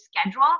schedule